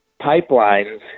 pipelines